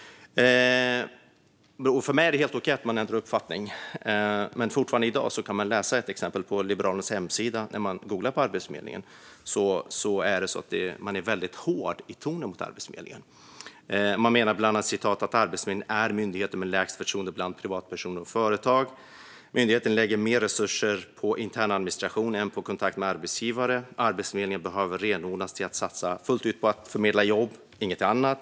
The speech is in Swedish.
För mig är det helt okej att man ändrar uppfattning, men när man googlar på Arbetsförmedlingen kan man ännu i dag läsa ett exempel på Liberalernas hemsida där det är en väldigt hård ton mot Arbetsförmedlingen. Man menar bland annat att Arbetsförmedlingen är den myndighet som har lägst förtroende bland privatpersoner och företag, att myndigheten lägger mer resurser på intern administration än på kontakt med arbetsgivare och att Arbetsförmedlingen behöver renodlas till att satsa fullt ut på att förmedla jobb och inget annat.